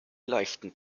leuchten